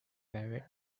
barrett